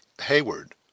Hayward